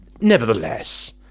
Nevertheless